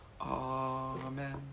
amen